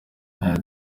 yagize